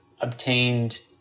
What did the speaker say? obtained